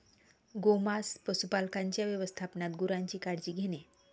गोमांस पशुपालकांच्या व्यवस्थापनात गुरांची काळजी घेणे